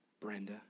Brenda